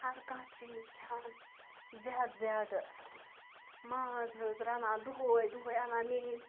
ہَر کانٛہہ چیٖز کھٮ۪وان زیادٕ زیادٕ ماز حظ رَنان دُہَے دُہَے اَنان میٲنۍ